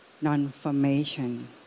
non-formation